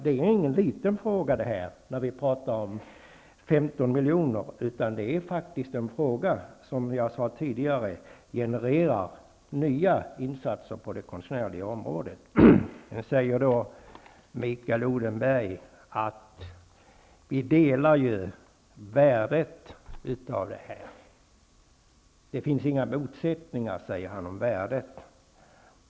Det är ingen liten fråga när vi pratar om 15 miljoner. Det är faktiskt en fråga som -- vilket jag sade tidigare -- generar nya insatser på det konstnärliga området. Mikael Odenberg sade att vi delar värdet av det här. Han säger att det inte finns några motsättningar när det gäller värdet.